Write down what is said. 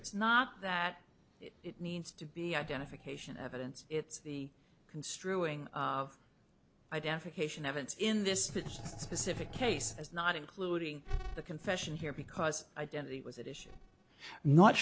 it's not that it needs to be identification evidence it's the construing of identification evidence in this specific case as not including the confession here because identity was